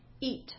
eat